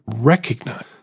recognize